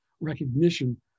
recognition